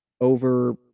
over